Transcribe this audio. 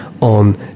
on